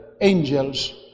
angels